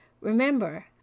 Remember